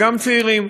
וגם צעירים,